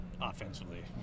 offensively